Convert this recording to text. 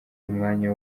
umwanya